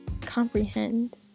comprehend